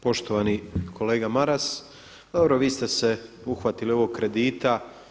Poštovani kolega Maras, dobro vi ste se uhvatili ovog kredita.